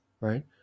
right